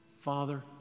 Father